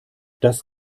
das